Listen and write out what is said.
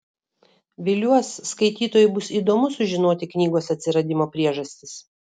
viliuos skaitytojui bus įdomu sužinoti knygos atsiradimo priežastis